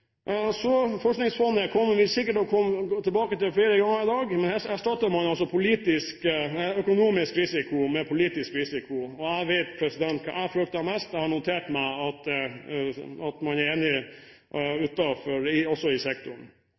Forskningsfondet kommer vi sikkert til å komme tilbake til flere ganger i dag. Her erstatter man altså økonomisk risiko med politisk risiko. Jeg vet hva jeg frykter mest – jeg har notert meg at man er enig også i sektoren. Så mener jeg at det er litt uheldig for dagens debatt at det i